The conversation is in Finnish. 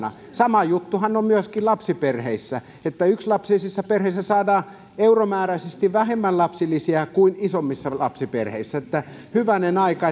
sama juttuhan on myöskin lapsiperheissä että yksilapsisissa perheissä saadaan euromääräisesti vähemmän lapsilisiä kuin isommissa lapsiperheissä niin että hyvänen aika